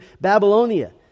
Babylonia